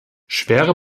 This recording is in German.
schwere